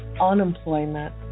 unemployment